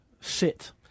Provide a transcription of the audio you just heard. Sit